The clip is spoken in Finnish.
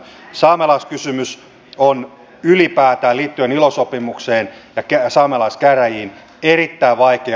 saamelaiskysymys on ylipäätään liittyen ilo sopimukseen ja saamelaiskäräjiin erittäin vaikea